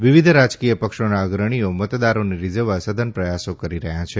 વિવિધ રાજકીય પક્ષોના અગ્રણીઓ મતદારોને રીઝવવા સઘન પ્રથાસો કરી રહ્યા છે